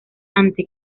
ante